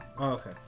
okay